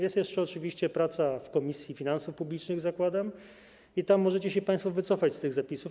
Jest jeszcze oczywiście praca w Komisji Finansów Publicznych, jak zakładam, i tam możecie się państwo wycofać z tych zapisów.